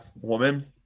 woman